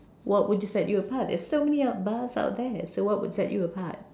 what would you set you apart there's so many out bars out there so what would set you apart